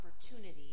opportunity